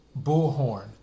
Bullhorn